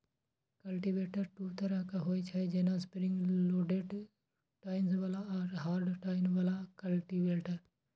cultivator दू तरहक होइ छै, जेना स्प्रिंग लोडेड टाइन्स बला आ हार्ड टाइन बला कल्टीवेटर